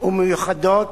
ומיוחדות